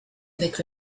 avec